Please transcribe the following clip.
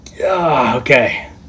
Okay